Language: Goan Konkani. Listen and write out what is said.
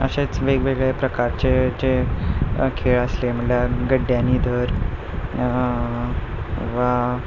अशेच वेगवेगळे प्रकारचे जे खेळ आसले म्हणल्यार गड्ड्यांनी धर वा